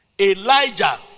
Elijah